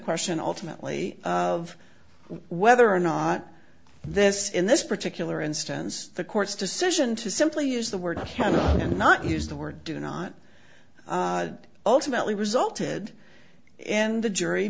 question ultimately of whether or not this in this particular instance the court's decision to simply use the word and not use the word do not ultimately resulted and the jury